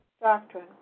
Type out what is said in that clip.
doctrine